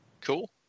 Cool